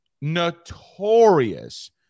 notorious